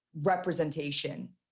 representation